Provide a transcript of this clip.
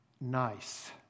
nice